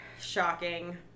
Shocking